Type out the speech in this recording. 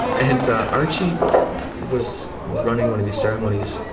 and so archie was running one of these ceremonies,